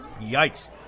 Yikes